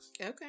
Okay